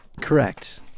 correct